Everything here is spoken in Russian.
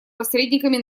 посредниками